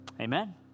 amen